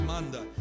Manda